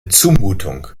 zumutung